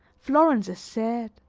florence is sad,